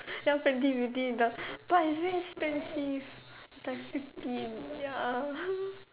now Fenty beauty the but it's very expensive it's like fifty ya